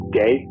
day